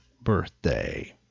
birthday